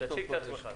כבוד היושב-ראש,